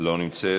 לא נמצאת,